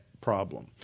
problem